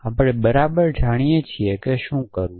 આપણે બરાબર જાણીએ છીએ કે શું કરવું